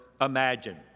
imagine